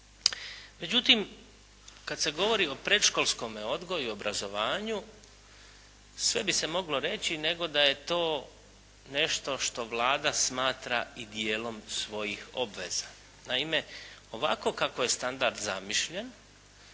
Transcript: Međutim, kad se govori o predškolskome odgoju i obrazovanju sve bi se moglo reći nego da je to nešto što Vlada smatra i dijelom svojih obveza. Naime, ovako kako je standard zamišljen